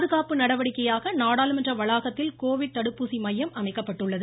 பாதுகாப்பு நடவடிக்கையாக நாடாளுமன்ற வளாகத்தில் கோவிட் தடுப்பூசி மையம் அமைக்கப்பட்டுள்ளது